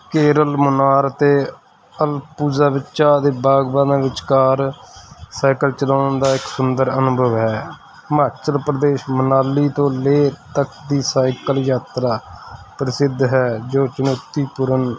ਕੇਰਲ ਮਨਾਰ ਅਤੇ ਅਲਪੁਜਾ ਵਿੱਚ ਚਾਹ ਦੇ ਬਾਗਬਾਨਾ ਵਿਚਕਾਰ ਸਾਈਕਲ ਚਲਾਉਣ ਦਾ ਇੱਕ ਸੁੰਦਰ ਅਨੁਭਵ ਹੈ ਹਿਮਾਚਲ ਪ੍ਰਦੇਸ਼ ਮਨਾਲੀ ਤੋਂ ਲੇਹ ਤੱਕ ਦੀ ਸਾਈਕਲ ਯਾਤਰਾ ਪ੍ਰਸਿੱਧ ਹੈ ਜੋ ਚੁਣੌਤੀਪੂਰਨ